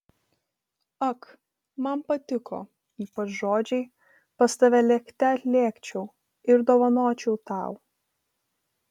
ak man patiko ypač žodžiai pas tave lėkte atlėkčiau ir dovanočiau tau